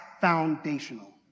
foundational